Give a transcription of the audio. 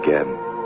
again